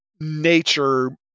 nature